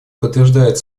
подтверждает